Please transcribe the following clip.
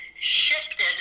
shifted